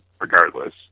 regardless